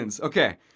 Okay